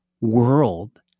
world